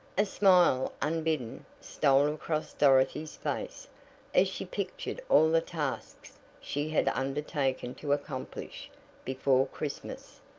a smile, unbidden, stole across dorothy's face as she pictured all the tasks she had undertaken to accomplish before christmas.